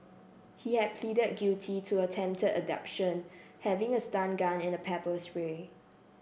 he had pleaded guilty to attempted abduction having a stun gun and a pepper spray